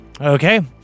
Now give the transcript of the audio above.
Okay